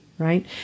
right